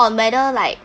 on whether like